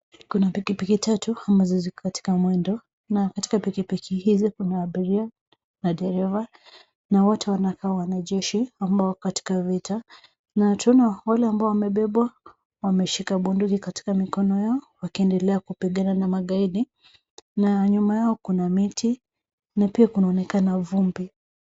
Kuna pikipiki tatu, ambazo ziko katika mwendo. Na katika pikipiki hizi kuna abiria, madereva, na wote wanakaa wanajeshi ambao katika vita, na tunaona wale ambao wamebebwa, wameshika bunduki katika mikono yao, wakiendelea kupigana na magaidi, na nyuma yao kuna miti, na pia kunaonekana vumbi.